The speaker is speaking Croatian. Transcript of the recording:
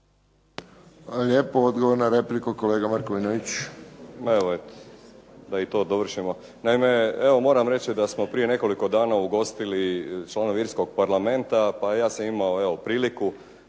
lijepo. Odgovor na repliku kolega Markovinović.